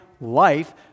life